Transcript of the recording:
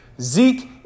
Zeke